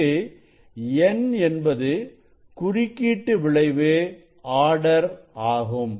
இங்கு n என்பது குறுக்கீட்டு விளைவு ஆர்டர் ஆகும்